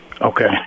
Okay